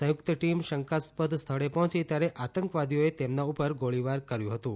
સંયુક્ત ટીમ શંકાસ્પદ સ્થળે પહોંચી ત્યારે આતંકવાદીઓએ તેમના ઉપર ગોળીબાર કર્યું હતું